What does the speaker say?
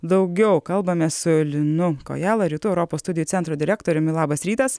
daugiau kalbamės su linu kojala rytų europos studijų centro direktoriumi labas rytas